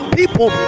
people